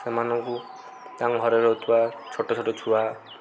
ସେମାନଙ୍କୁ ତାଙ୍କ ଘରେ ରହୁଥିବା ଛୋଟ ଛୋଟ ଛୁଆ